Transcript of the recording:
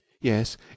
Yes